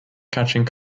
catching